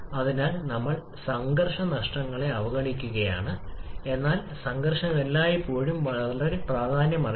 തീർച്ചയായും ചില പരിധികളുണ്ട് അത് ചെയ്യുന്നില്ല നിങ്ങൾക്ക് കൂടുതൽ കൂടുതൽ വായു ചേർക്കുന്നത് തുടരാനാകുമെന്നാണ് ഇതിനർത്ഥം